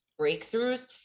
breakthroughs